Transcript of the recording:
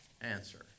answer